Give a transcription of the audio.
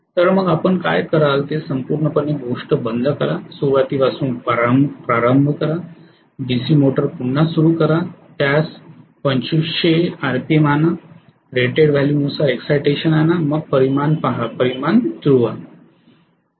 तर मग आपण काय कराल ते संपूर्ण गोष्ट बंद करा सुरवातीपासून प्रारंभ करा डीसी मोटर पुन्हा सुरू करा त्यास 2500 आरपीएम आणारेटेड व्हॅल्यूनुसार एक्स्साइटेशन आणा मग परिमाण पहा परिमाण जुळवा